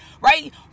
right